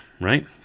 right